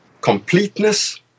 completeness